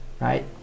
right